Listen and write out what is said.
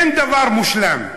אין דבר מושלם,